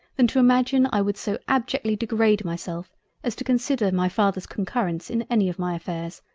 than to imagine i would so abjectly degrade myself as to consider my father's concurrence in any of my affairs,